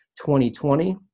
2020